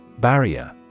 Barrier